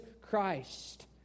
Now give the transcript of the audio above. Christ